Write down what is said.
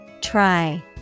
Try